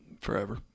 Forever